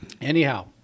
anyhow